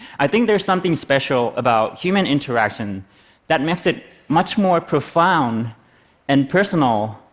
i think there's something special about human interaction that makes it much more profound and personal